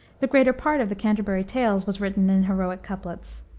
the greater part of the canterbury tales was written in heroic couplets.